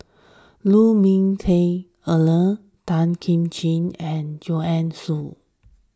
Lu Ming Teh Earl Tan Kim Ching and Joanne Soo